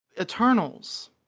Eternals